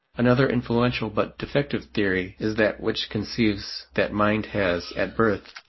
another influential but defective theory is that which conceives that mind has, at birth,